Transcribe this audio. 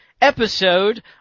episode